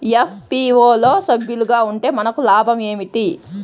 FPO లో సభ్యులుగా ఉంటే మనకు లాభం ఏమిటి?